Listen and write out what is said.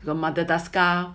got madagascar